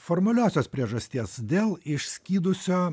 formaliosios priežasties dėl išskydusio